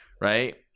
right